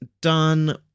done